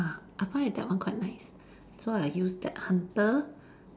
ah I find that one quite nice so I use that hunter